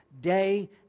day